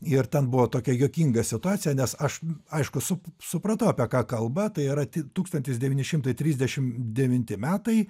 ir ten buvo tokia juokinga situacija nes aš aišku su supratau apie ką kalba tai yra tūkstantis devyni šimtai trisdešim devinti metai